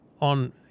on